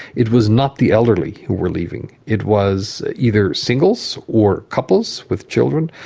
it was not the elderly who were leaving it was either singles or couples with children,